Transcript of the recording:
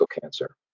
cancer